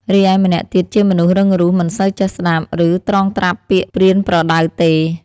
រីឯម្នាក់ទៀតជាមនុស្សរឹងរូស មិនសូវចេះស្តាប់ ឬត្រងត្រាប់ពាក្យប្រៀនប្រដៅទេ។